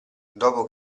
dopo